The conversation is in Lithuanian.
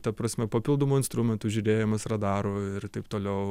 ta prasme papildomų instrumentų žiūrėjimas radarų ir taip toliau